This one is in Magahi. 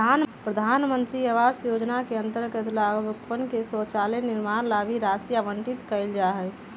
प्रधान मंत्री आवास योजना के अंतर्गत लाभुकवन के शौचालय निर्माण ला भी राशि आवंटित कइल जाहई